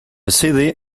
city